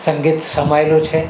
સંગીત સમાયેલું છે